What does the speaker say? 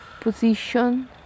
position